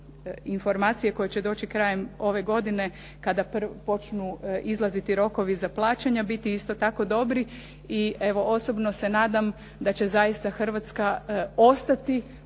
informacije koje će doći krajem ove godine kada počnu izlaziti rokovi za plaćanja biti isto tako dobri i evo, osobno se nadam da će zaista Hrvatska ostati